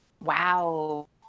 Wow